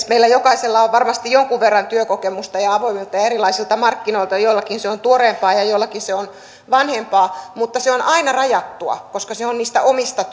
meillä jokaisella on varmasti jonkun verran työkokemusta avoimilta ja erilaisilta markkinoilta joillakin se on tuoreempaa ja joillakin se on vanhempaa mutta se on aina rajattua koska se on niistä omista